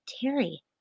Terry